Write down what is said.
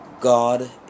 God